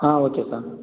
ah okay sir